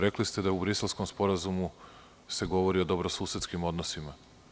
Rekli ste da se u Briselskom sporazumu govori o dobrosusedskim odnosima.